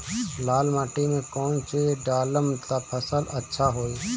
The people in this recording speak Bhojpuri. लाल माटी मे कौन चिज ढालाम त फासल अच्छा होई?